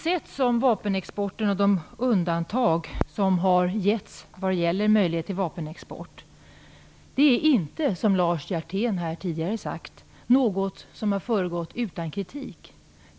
Sättet för vapenexporten och de undantag som getts vad gäller möjligheter till vapenexport är inte, som Lars Hjertén här tidigare sagt, något som föregått utan kritik.